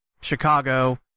Chicago